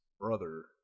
brother